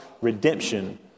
redemption